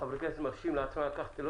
חברי הכנסת מרשים לעצמם לקחת על עצמם,